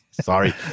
Sorry